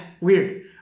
Weird